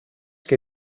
que